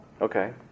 Okay